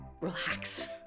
relax